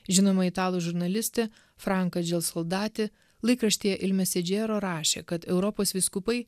žinoma italų žurnalistė franka dželsoldati laikraštyje il mesedžiero rašė kad europos vyskupai